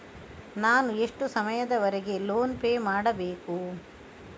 ನಾನು ಎಷ್ಟು ಸಮಯದವರೆಗೆ ಲೋನ್ ಪೇ ಮಾಡಬೇಕು?